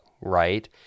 Right